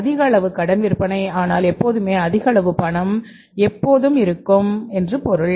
அதிக அளவு கடன் விற்பனை ஆனால் எப்போதுமே அதிக அளவு பணம் எப்போதும் இருக்கும் என்று பொருள்